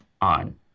on